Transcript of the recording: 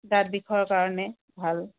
দাঁত বিষৰ কাৰণে ভাল